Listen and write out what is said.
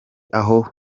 aho